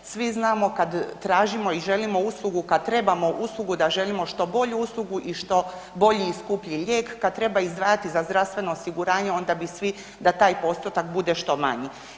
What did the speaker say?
Svi znamo kad tražimo i želimo uslugu, kad trebamo uslugu da želimo što bolju uslugu i što bolji i skuplji lijek, kad treba izdvajati za zdravstveno osiguranje, onda bi svi da taj postotak bude što manji.